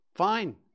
fine